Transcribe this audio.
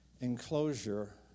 enclosure